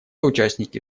участники